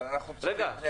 אבל אנחנו צופים פני העתיד.